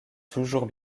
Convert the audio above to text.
toujours